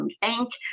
bank